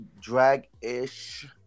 drag-ish